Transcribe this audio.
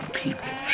people